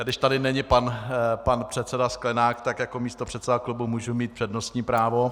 Když tady není pan předseda Sklenák, tak jako místopředseda klubu můžu mít přednostní právo.